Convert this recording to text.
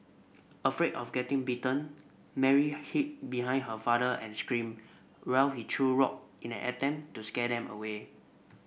afraid of getting bitten Mary hid behind her father and screamed while he threw rock in an attempt to scare them away